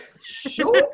Sure